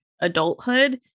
adulthood